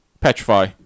Petrify